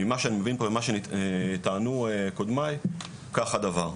ממה שאני מבין וממה שטענו קודמיי כך הדבר.